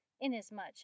inasmuch